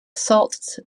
salts